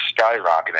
skyrocketing